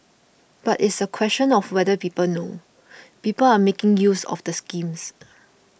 but it's a question of whether people know people are making use of the schemes